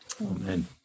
Amen